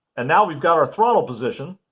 and now we've got our throttle position